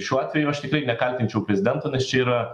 šiuo atveju aš tikrai nekaltinčiau prezidento nes čia yra